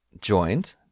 joined